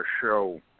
show